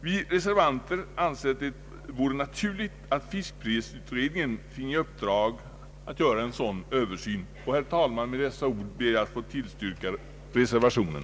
Vi reservanter anser att det vore naturligt att fiskprisutredningen finge i uppdrag att göra en sådan översyn. Herr talman! Med dessa ord ber jag att få tillstyrka reservationen.